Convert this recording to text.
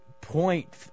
point